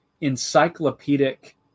encyclopedic